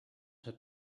had